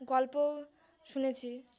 গল্প শুনেছি